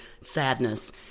sadness